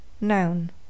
Noun